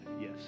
Yes